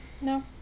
No